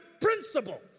principle